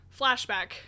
Flashback